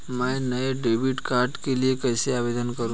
मैं नए debit card के लिए कैसे आवेदन करूं?